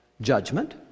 judgment